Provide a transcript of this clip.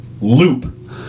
loop